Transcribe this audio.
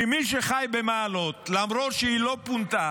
כי מי שחי במעלות, למרות שהיא לא פונתה,